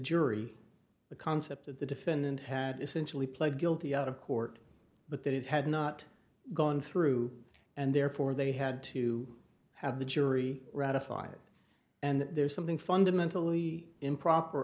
jury the concept that the defendant had essentially pled guilty out of court but that it had not gone through and therefore they had to have the jury ratified and there's something fundamentally improper